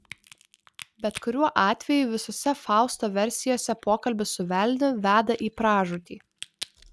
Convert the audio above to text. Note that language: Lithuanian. bet kuriuo atveju visose fausto versijose pokalbis su velniu veda į pražūtį